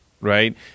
right